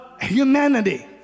humanity